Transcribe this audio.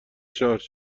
شارژ